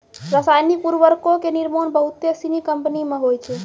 रसायनिक उर्वरको के निर्माण बहुते सिनी कंपनी मे होय छै